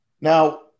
Now